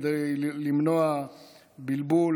כדי למנוע בלבול,